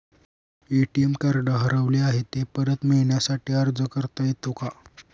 ATM card हरवले आहे, ते परत मिळण्यासाठी अर्ज करता येतो का?